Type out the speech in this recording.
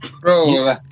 bro